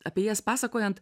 apie jas pasakojant